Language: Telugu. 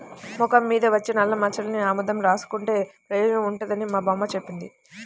మొఖం మీద వచ్చే నల్లమచ్చలకి ఆముదం రాసుకుంటే పెయోజనం ఉంటదని మా బామ్మ జెప్పింది